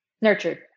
Nurtured